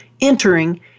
entering